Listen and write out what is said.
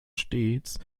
stets